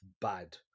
bad